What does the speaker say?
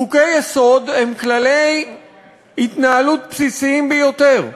חוקי-יסוד הם כללי התנהלות בסיסיים ביותר.